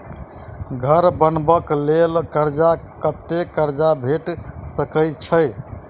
घर बनबे कऽ लेल कर्जा कत्ते कर्जा भेट सकय छई?